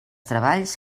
treballs